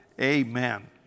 Amen